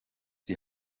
die